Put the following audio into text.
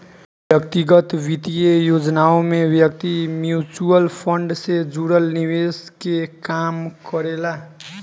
व्यक्तिगत वित्तीय योजनाओं में व्यक्ति म्यूचुअल फंड से जुड़ल निवेश के काम करेला